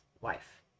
wife